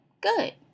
good